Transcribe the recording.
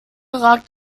ragt